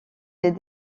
des